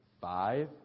five